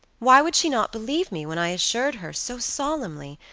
why would she not believe me when i assured her, so solemnly,